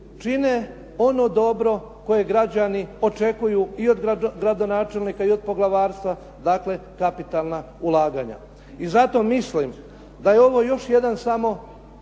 čine ono dobro koje građani očekuju i od gradonačelnika i od poglavarstva, dakle kapitalna ulaganja. I zato mislim da je ovo još jedan samo